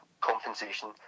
compensation